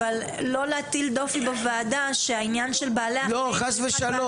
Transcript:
אבל לא להטיל דופי בוועדה שהעניין של בעלי החיים